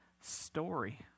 story